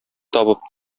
табып